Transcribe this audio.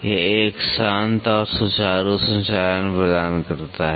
यह एक शांत और सुचारू संचालन प्रदान कर सकता है